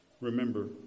Remember